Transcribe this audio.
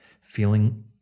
feeling